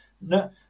no